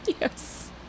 Yes